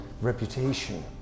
reputation